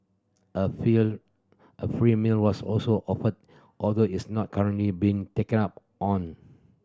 a a free meal was also offered although it's not currently being taken up on